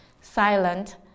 silent